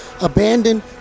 abandoned